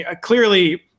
clearly